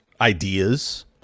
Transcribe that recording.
ideas